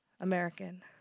American